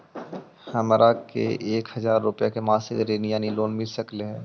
हमरा के एक हजार रुपया के मासिक ऋण यानी लोन मिल सकली हे?